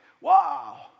wow